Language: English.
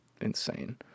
insane